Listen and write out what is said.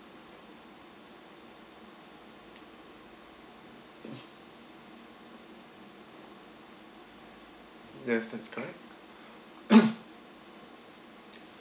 yes that's correct